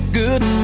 good